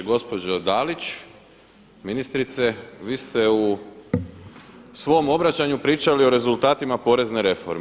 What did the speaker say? Gospođo Dalić, ministrice, vi ste u svom obraćanju pričali o rezultatima porezne reforme.